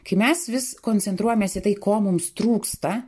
kai mes vis koncentruojamės į tai ko mums trūksta